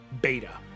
Beta